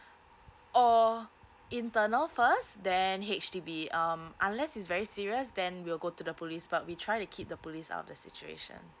or internal for us then H_D_B um unless it's very serious then we'll go to the police but we try to keep the police out of the situation